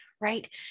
right